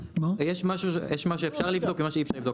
יש מה שאפשר לבדוק ומה שאי אפשר לבדוק.